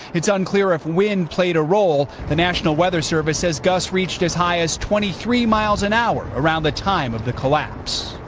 it's unclear if wind played a role. the national weather service says gusts reached as high as twenty three miles an hour around the time of the collapse.